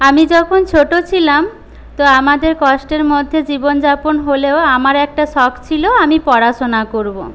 আমি যখন ছোট ছিলাম তো আমাদের কষ্টের মধ্যে জীবনযাপন হলেও আমার একটা শখ ছিল আমি পড়াশোনা করব